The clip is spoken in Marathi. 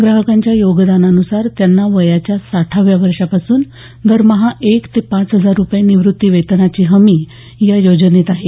ग्राहकांच्या योगदानान्सार त्यांना वयाच्या साठाव्या वर्षापासून दरमहा एक ते पाच हजार रुपये निवृत्तीवेतनाची हमी या योजनेत आहे